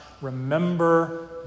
remember